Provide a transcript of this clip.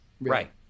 Right